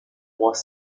was